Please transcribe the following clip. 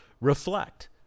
reflect